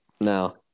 no